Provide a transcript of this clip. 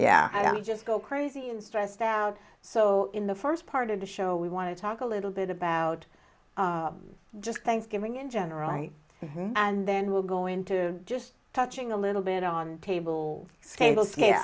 yeah i don't just go crazy and stressed out so in the first part of the show we want to talk a little bit about just thanksgiving in general right and then we're going to just touching a little bit on table scale sca